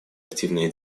активной